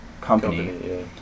company